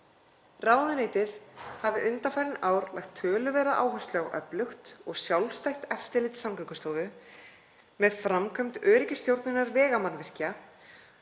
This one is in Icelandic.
Ráðuneytið hafi undanfarin ár lagt töluverða áherslu á öflugt og sjálfstætt eftirlit Samgöngustofu með framkvæmd öryggisstjórnunar vegamannvirkja